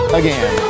again